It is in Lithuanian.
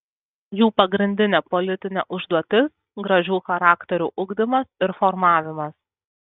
jų pagrindinė politinė užduotis gražių charakterių ugdymas ir formavimas